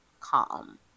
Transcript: calm